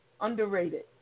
underrated